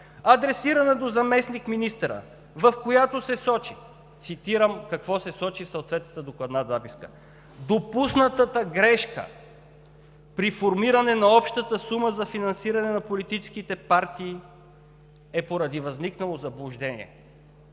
адресирана до заместник-министъра, в която се сочи… Цитирам какво се сочи в съответната докладна записка: „Допуснатата грешка при формиране на общата сума за финансиране на политическите партии, е поради възникнало заблуждение.“